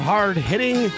Hard-hitting